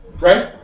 Right